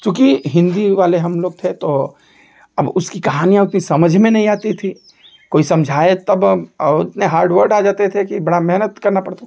चुकी हिंदी वाले हम लोग थे तो अब उसकी कहानियाँ उसकी समझ में नहीं आती थी कोई समझाए तो तब और इतने हार्ड वर्ड या जाते थे कि बड़ा मेहनत करना पड़ता था